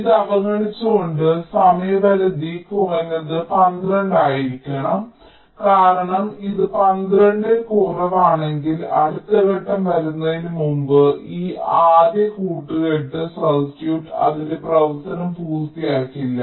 ഇത് അവഗണിച്ചുകൊണ്ട് സമയപരിധി കുറഞ്ഞത് 12 ആയിരിക്കണം കാരണം ഇത് 12 ൽ കുറവാണെങ്കിൽ അടുത്ത ഘട്ടം വരുന്നതിനുമുമ്പ് ഈ ആദ്യ കൂട്ടുകെട്ട് സർക്യൂട്ട് അതിന്റെ പ്രവർത്തനം പൂർത്തിയാക്കില്ല